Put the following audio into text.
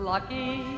Lucky